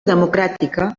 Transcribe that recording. democràtica